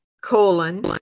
colon